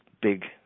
big